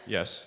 Yes